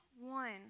one